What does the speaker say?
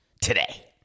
today